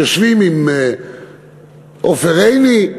יושבים עם עופר עיני,